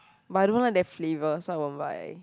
but I don't want that flavour so I won't buy